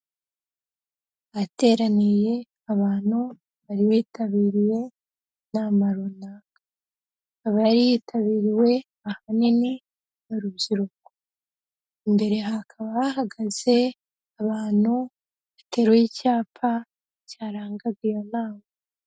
Ahateraniye abantu bari bitabiriye inama runaka, ikaba yari yitabiriwe ahanini n'urubyiruko, imbere hakaba hahagaze abantu bateruye icyapa cyarangaga iyo nama.